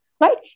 Right